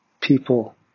people